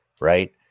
right